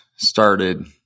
started